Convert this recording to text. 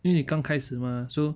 因为你刚开始 mah so